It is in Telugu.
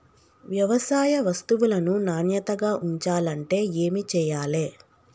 వ్యవసాయ వస్తువులను నాణ్యతగా ఉంచాలంటే ఏమి చెయ్యాలే?